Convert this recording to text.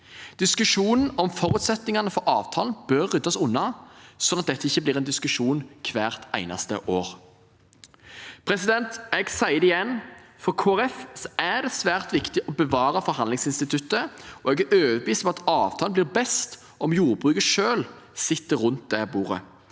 Diskusjonen om forutsetningene for avtalen bør ryddes unna, sånn at dette ikke blir en diskusjon hvert eneste år. Jeg sier det igjen: For Kristelig Folkeparti er det svært viktig å bevare forhandlingsinstituttet, og jeg er overbevist om at avtalen blir best om jordbruket selv sitter rundt det